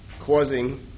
causing